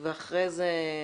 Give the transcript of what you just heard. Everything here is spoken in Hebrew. כן.